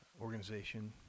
organization